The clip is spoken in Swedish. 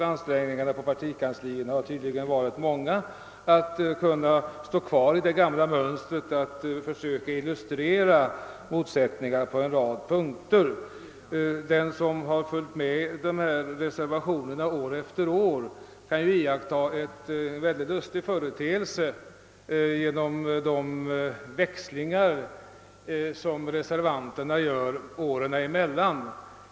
Ansträngningarna på partikanslierna har tydligen varit stora för att man skall kunna behålla det gamla mönstret och försöka illustrera motsättningar på en rad punkter. Den som följt dessa reservationer år efter år kan iaktta en mycket lustig företeelse: de växlingar som reservanterna gör från det ena året till det andra.